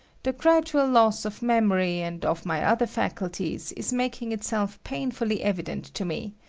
the gradual loss of memory and of my other faculties is making itself painfully evident to me,